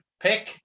pick